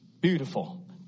Beautiful